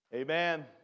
Amen